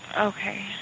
Okay